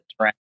trend